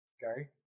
Gary